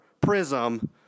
Prism